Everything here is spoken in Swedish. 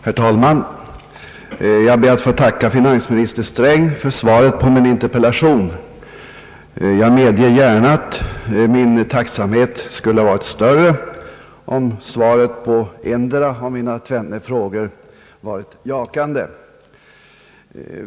Herr talman! Jag ber att få tacka finansminister Sträng för svaret på min interpellation. Jag medger gärna att min tacksamhet skulle ha varit större om svaret på endera av mina tvenne frågor varit jakande.